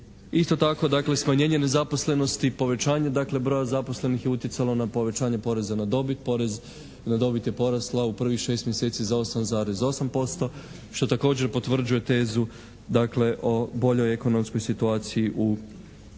Isto tako dakle smanjenje nezaposlenosti i povećanje dakle broja zaposlenih je utjecalo na povećanje poreza na dobit, porez na dobit je porasla u prvih šest mjeseci za 8,8% što također potvrđuje tezu dakle o boljoj ekonomskoj situaciji u prvih